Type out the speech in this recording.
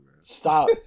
Stop